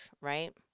right